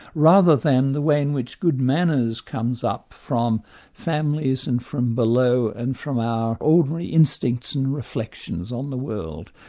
rather than the way in which good manners comes up from families and from below and from our ordinary instincts and reflections on the world.